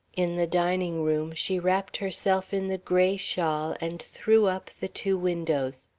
in the dining room she wrapped herself in the gray shawl and threw up the two windows.